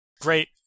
Great